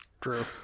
True